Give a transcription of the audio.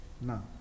No